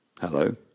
Hello